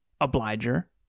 obliger